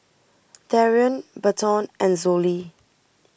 Darrian Berton and Zollie